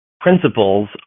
principles